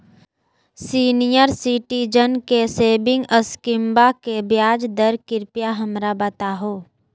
senior citizen के सेविंग स्कीमवा के ब्याज दर कृपया हमरा बताहो